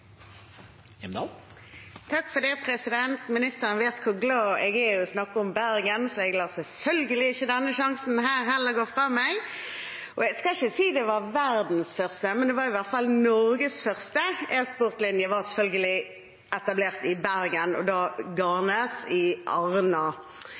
Ministeren vet hvor glad jeg er i å snakke om Bergen, så jeg lar selvfølgelig heller ikke denne sjansen gå fra meg. Jeg skal ikke si at det var verdens første, men det var i hvert fall Norges første e-sportlinje som – selvfølgelig – ble etablert i Bergen,